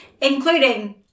including